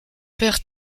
père